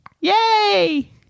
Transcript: Yay